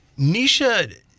Nisha